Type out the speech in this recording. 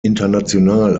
international